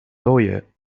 lawyer